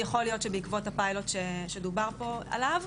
יכול להיות שבעקבות הפיילוט שדובר פה עליו.